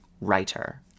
writer